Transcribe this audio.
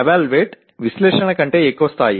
evaluate విశ్లేషణ కంటే ఎక్కువ స్థాయి